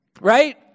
right